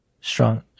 Strong